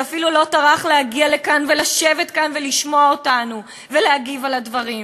שאפילו לא טרח להגיע לכאן ולשבת כאן ולשמוע אותנו ולהגיב על הדברים.